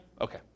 Okay